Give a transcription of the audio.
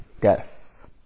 death